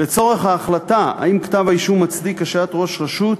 לצורך ההחלטה האם כתב-האישום מצדיק השעיית ראש רשות,